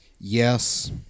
Yes